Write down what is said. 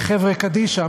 מחברה קדישא,